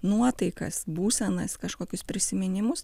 nuotaikas būsenas kažkokius prisiminimus